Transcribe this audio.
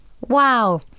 Wow